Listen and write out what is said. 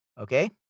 Okay